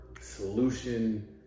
solution